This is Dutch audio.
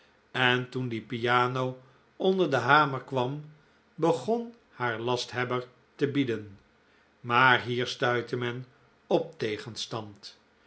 en toen die piano onder den hamer kwam begon haar lasthebber te bieden maar hier stuitte men op tegenstand